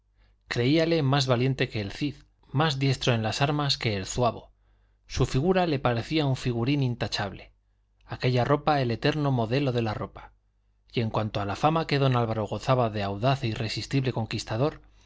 poema creíale más valiente que el cid más diestro en las armas que el zuavo su figura le parecía un figurín intachable aquella ropa el eterno modelo de la ropa y en cuanto a la fama que don álvaro gozaba de audaz e irresistible conquistador